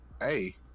Hey